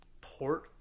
Port